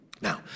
Now